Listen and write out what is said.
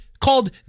called